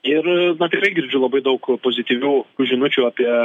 ir na tikrai girdžiu labai daug pozityvių žinučių apie